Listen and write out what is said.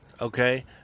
okay